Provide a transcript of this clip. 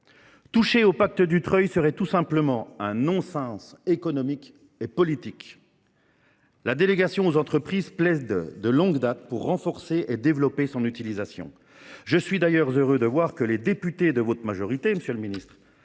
Toucher au pacte Dutreil serait tout simplement un non sens économique et politique. La délégation aux entreprises plaide de longue date pour renforcer et développer son utilisation. Je suis d’ailleurs heureux de voir que les députés de votre majorité ont repris